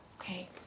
okay